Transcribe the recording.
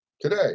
today